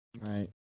Right